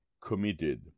committed